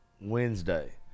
Wednesday